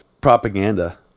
propaganda